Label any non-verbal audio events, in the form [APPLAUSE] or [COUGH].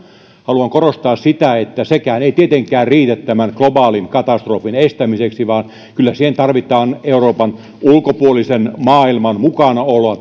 haluan korostaa sitä että sekään ei tietenkään riitä tämän globaalin katastrofin estämiseksi vaan kyllä siihen tarvitaan euroopan ulkopuolisen maailman mukanaolo [UNINTELLIGIBLE]